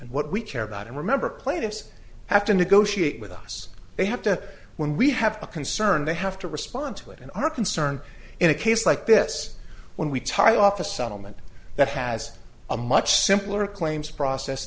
and what we care about and remember plaintiffs have to negotiate with us they have to when we have a concern they have to respond to it in our concern in a case like this when we tie off a settlement that has a much simpler claims process